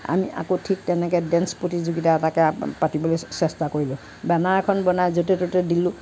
আমি আকৌ ঠিক তেনেকে ডেন্স প্ৰতিযোগিতা এটাকে পাতিবলৈ চেষ্টা কৰিলোঁ বেনাৰ এখন বনাই য'তে ত'তে দিলোঁ